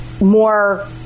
more